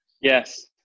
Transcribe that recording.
Yes